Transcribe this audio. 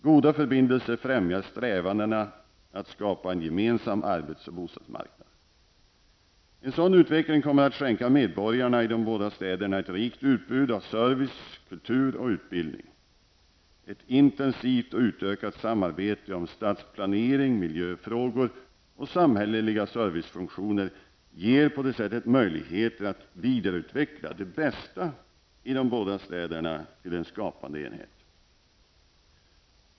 Goda förbindelser främjar strävandena att skapa en gemensam arbets och bostadsmarknad. En sådan utveckling kommer att skänka medborgarna i de båda städerna ett rikt utbud av service, kultur och utbildning. Ett intensivt och utökat samarbete om stadsplanering, miljöfrågor och samhälleliga servicefunktioner ger på det sättet möjligheter att vidareutveckla det bästa i de båda städerna till en skapande enhet.